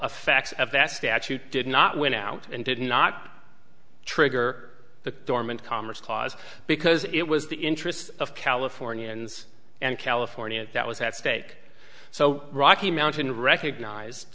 effect of that statute did not win out and did not trigger the dormant commerce clause because it was the interest of californians and california that was at stake so rocky mountain recognized